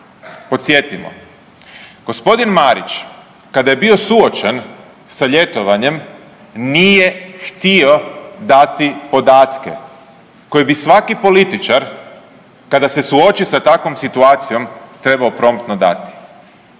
Podsjetimo, g. Marić kada je bio suočen sa ljetovanjem nije htio dati podatke koje bi svaki političar kada se suoči sa takvom situacijom trebao promptno dati.